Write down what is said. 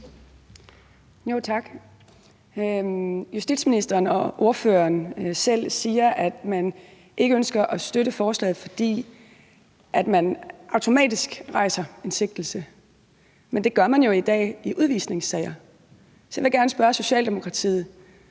Tak. Justitsministeren og ordføreren selv siger, at man ikke ønsker at støtte forslaget, fordi der automatisk rejses en sigtelse, men det gøres jo i dag i udvisningssager. Så jeg vil gerne spørge Socialdemokratiet: